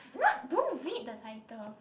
not don't read the title